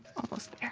almost